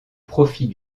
profit